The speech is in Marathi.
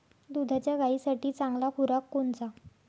दुधाच्या गायीसाठी चांगला खुराक कोनचा?